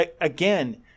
again